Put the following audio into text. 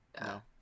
no